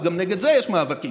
כי גם נגד זה יש מאבקים,